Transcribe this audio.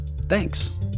Thanks